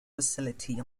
facility